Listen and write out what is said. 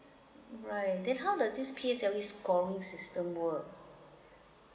right then how does this P_S_L_E scoring system work